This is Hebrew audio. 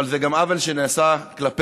אבל זה גם עוול שנעשה כלפינו,